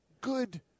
good